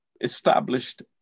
established